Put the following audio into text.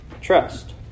trust